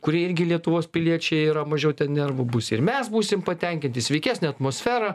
kurie irgi lietuvos piliečiai yra mažiau ten nervų bus ir mes būsim patenkinti sveikesnė atmosfera